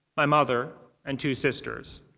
my mother. and two sisters.